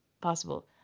possible